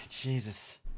Jesus